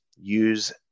use